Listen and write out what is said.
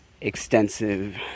extensive